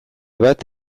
bat